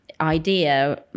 idea